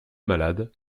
malade